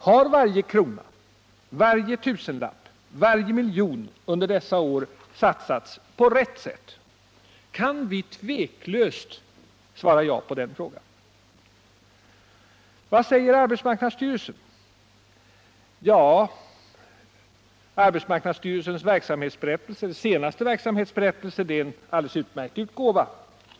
Har varje krona, varje tusenlapp, varje miljon under dessa år satsats på rätt sätt? Kan vi tveklöst svara ja på den frågan? Vad säger arbetsmarknadsstyrelsen? Ja, arbetsmarknadsstyrelsens senaste verksamhetsberättelse är en alldeles utmärkt utgåva.